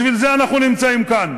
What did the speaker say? בשביל זה אנחנו נמצאים כאן.